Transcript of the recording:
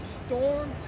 storm